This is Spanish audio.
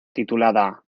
titulada